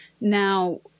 Now